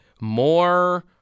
more